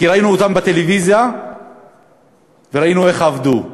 ראינו אותם בטלוויזיה וראינו איך הם עבדו.